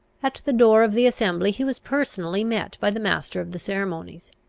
at the door of the assembly he was personally met by the master of the ceremonies,